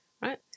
right